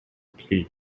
plea